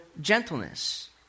gentleness